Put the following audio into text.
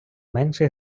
менше